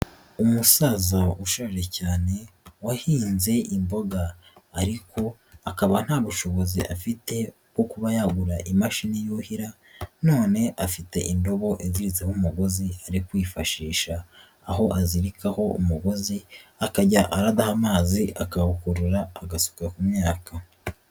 Umusaza ushanje cyane, wahinze imboga ariko akaba nta bushobozi afite bwo kuba yagura imashini yuhira, none afite indobo iziritseho umugozi ari kwifashisha, aho azirikaho umugozi, akajya aradaha amazi, akawukurura agasuka ku myaka.